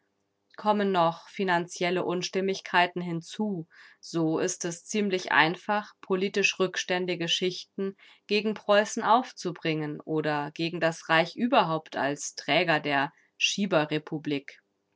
kommen noch finanzielle unstimmigkeiten hinzu so ist es ziemlich einfach politisch rückständige schichten gegen preußen aufzubringen oder gegen das reich überhaupt als träger der